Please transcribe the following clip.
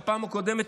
בפעם הקודמת,